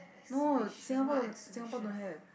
no Singapore Singapore don't have